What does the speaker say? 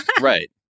Right